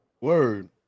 Word